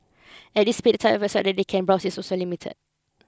at this speed the type of websites that they can browse is also limited